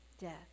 death